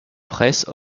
presse